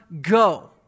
go